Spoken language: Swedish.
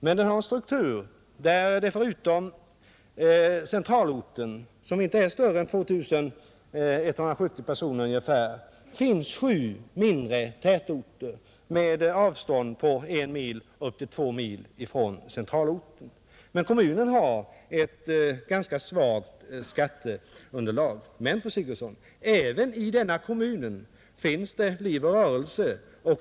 Dess struktur är sådan att det förutom centralorten, som inte har större befolkning än 2 170 personer, finns sju mindre tätorter som ligger på ett avstånd av mellan en och två mil från centralorten. Kommunen har ett ganska svagt skatteunderlag. Men, fru Sigurdsen, även i denna kommun finns det liv och rörelse.